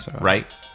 right